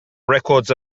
records